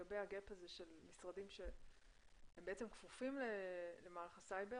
לגבי הפער הזה של משרדים שהם בעצם כפופים למערך הסייבר